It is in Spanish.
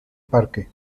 parque